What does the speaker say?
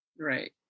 Right